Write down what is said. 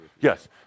Yes